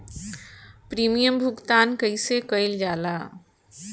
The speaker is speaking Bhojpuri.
प्रीमियम भुगतान कइसे कइल जाला?